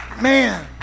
Man